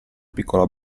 piccola